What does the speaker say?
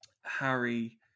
harry